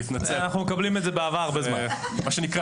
כאן